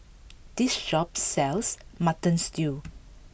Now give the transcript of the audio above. this shop sells Mutton Stew